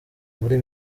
muri